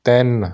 ਤਿੰਨ